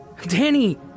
Danny